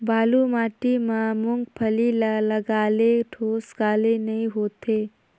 बालू माटी मा मुंगफली ला लगाले ठोस काले नइ होथे?